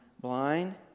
blind